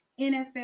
NFL